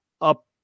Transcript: up